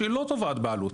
שהיא לא תובעת בעלות.